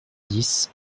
dix